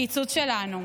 הקיצוץ שלנו.